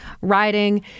riding